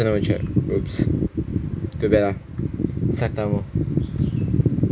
I also never check !oops! too bad ah suck thumb lor